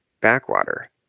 Backwater